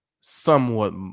somewhat